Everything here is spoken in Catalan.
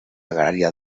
agrària